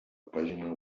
pàgina